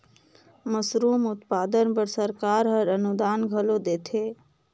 mushroom उत्पादन बर सरकार हर अनुदान घलो देथे